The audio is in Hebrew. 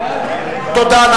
תודה.